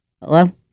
Hello